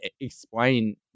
explain